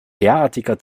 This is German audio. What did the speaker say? derartiger